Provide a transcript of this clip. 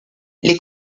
les